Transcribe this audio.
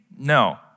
No